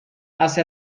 hace